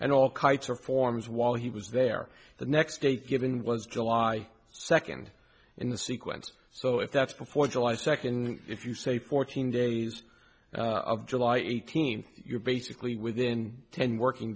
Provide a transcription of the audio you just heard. and all kites or forms while he was there the next date given was july second in the sequence so if that's before july second if you say fourteen days of july eighteenth you're basically within ten working